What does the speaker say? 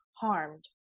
harmed